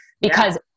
because-